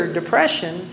depression